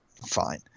Fine